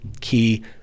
key